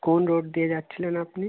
কোন রোড দিয়ে যাচ্ছিলেন আপনি